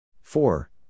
four